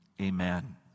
amen